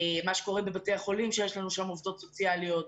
מה שקורה בבתי החולים שם יש לנו עובדות סוציאליות,